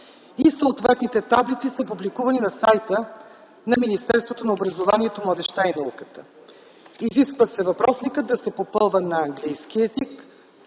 и съответните таблици са публикувани на сайта на Министерството на образованието, младежта и науката. Изисква се въпросникът да се попълва на английски език